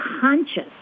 conscious